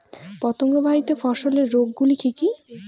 পতঙ্গবাহিত ফসলের রোগ গুলি কি কি?